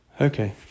Okay